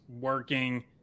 working